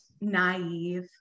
naive